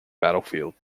battlefield